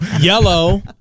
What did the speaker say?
Yellow